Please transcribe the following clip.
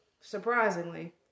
surprisingly